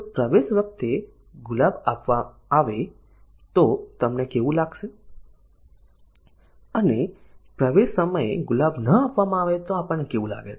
તો પ્રવેશ વખતે ગુલાબ આપવામાં આવે તો તમને કેવું લાગશે અને પ્રવેશ સમયે ગુલાબ ન આપવામાં આવે તો આપણને કેવું લાગે છે